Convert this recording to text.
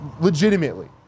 legitimately